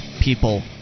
people